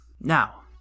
Now